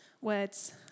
words